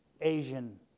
Asian